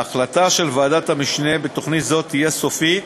ההחלטה של ועדת המשנה בתוכנית זו תהיה סופית,